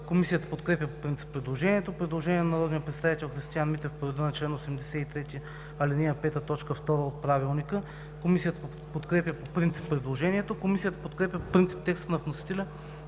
Комисията подкрепя по принцип предложението. Предложение на народния представител Христиан Митев по реда на чл. 83, ал. 5, т. 2 от Правилника. Комисията подкрепя по принцип предложението. Комисията подкрепя по принцип текста на вносителя